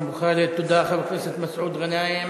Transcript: תודה, חבר הכנסת מסעוד גנאים.